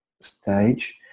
stage